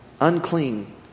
unclean